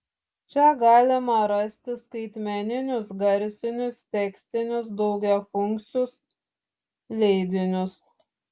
čia galima rasti skaitmeninius garsinius tekstinius daugiafunkcius leidinius